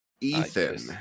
Ethan